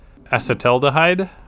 acetaldehyde